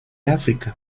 áfrica